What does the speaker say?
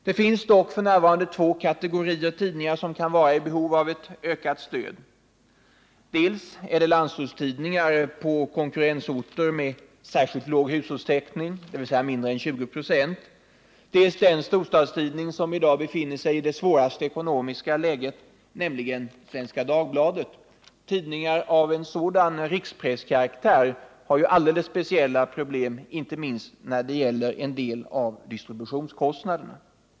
Det finns dock f. n. två kategorier tidningar som kan vara i behov av ett ökat stöd. Det är dels landsortstidningar på konkurrensorter med särskilt låg hushållstäckning, dvs. mindre än 20 96, dels den storstadstidning som är i det svåraste ekonomiska läget, nämligen Svenska Dagbladet. Tidningar av en sådan rikspresskaraktär har ju alldeles speciella problem, inte minst när det gäller en del av distributionskostnaderna.